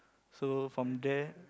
so from there